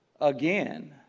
again